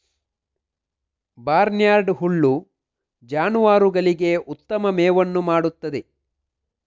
barnyard ಹುಲ್ಲು ಜಾನುವಾರುಗಳಿಗೆ ಉತ್ತಮ ಮೇವನ್ನು ಮಾಡುತ್ತದೆ